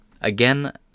Again